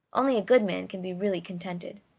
only a good man can be really contented.